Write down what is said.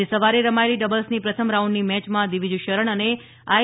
આજે સવારે રમાયેલી ડબલ્સની પ્રથમ રાઉન્ડની મેચમાં દ્વિજ શરણ અને આઈ